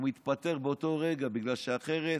הוא מתפטר באותו רגע, בגלל שאחרת,